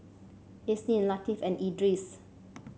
Isnin Latif and Idris